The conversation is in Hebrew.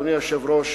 אדוני היושב-ראש,